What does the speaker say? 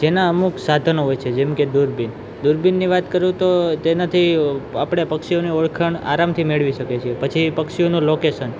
જેના અમુક સાધનો હોય છે જેમ કે દૂરબીન દૂરબીનની વાત કરું તો તેનાથી આપળે પક્ષીઓને ઓળખાણ આરામથી મેળવી શકીએ છીએ પછી એ પક્ષીઓનું લોકેશન